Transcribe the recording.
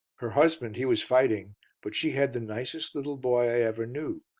her husband he was fighting but she had the nicest little boy i ever knew,